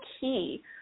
key